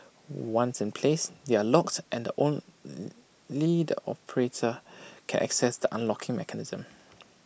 once in place they are locked and only the operator can access the unlocking mechanism